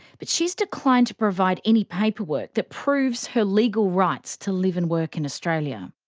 but she's declined to provide any paperwork that proves her legal rights to live and work in australia.